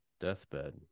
Deathbed